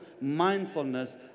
mindfulness